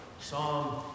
Psalm